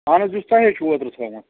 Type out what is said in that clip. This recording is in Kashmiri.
اَہَن حظ یُس تُہی چھُو اوترٕ تھوٚومُت